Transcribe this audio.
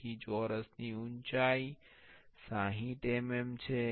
તેથી ચોરસની ઉંચાઈ 60 mm છે